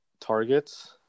targets